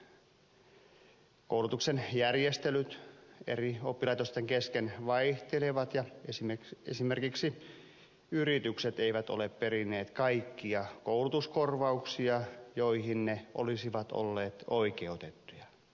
toisaalta koulutuksen järjestelyt eri oppilaitosten kesken vaihtelevat ja esimerkiksi yritykset eivät ole perineet kaikkia koulutuskorvauksia joihin ne olisivat olleet oikeutettuja